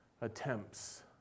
attempts